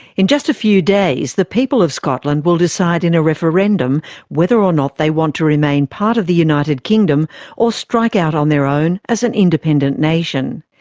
in just a few days the people of scotland will decide in a referendum whether or not they want to remain part of the united kingdom or strike out on their own as an independent nation.